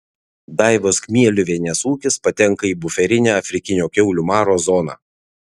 daivos kmieliuvienės ūkis patenka į buferinę afrikinio kiaulių maro zoną